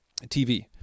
TV